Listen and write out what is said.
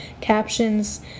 captions